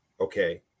okay